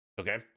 Okay